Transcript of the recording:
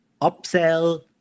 upsell